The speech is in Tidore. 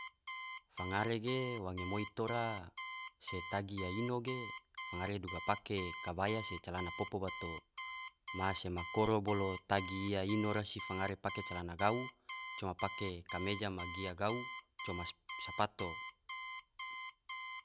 Fangare ge wange moi tora se tagi iya ino ge fangare duga pake kabaya se calana popo bato, maha sema koro bolo tagi iya ino rasi fangare pake calana gau coma kameja ma gia gau coma sapato.